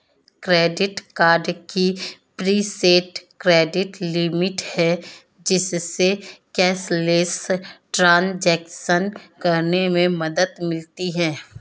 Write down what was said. credit card की preset credit limit है, जिससे कैशलेस ट्रांज़ैक्शन करने में मदद मिलती है